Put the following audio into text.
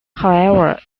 show